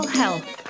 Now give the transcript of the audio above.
health